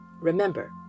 remember